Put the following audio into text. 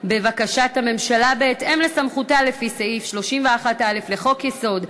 בקשת הממשלה בהתאם לסמכותה לפי סעיף 31(א) לחוק-יסוד: